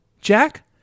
Jack